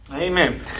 Amen